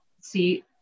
see